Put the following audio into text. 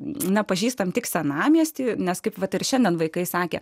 nepažįstam tik senamiestį nes kaip vat ir šiandien vaikai sakė